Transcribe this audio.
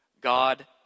God